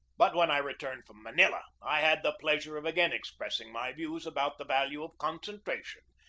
but when i returned from manila i had the pleasure of again expressing my views about the value of concentration,